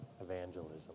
evangelism